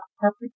perfect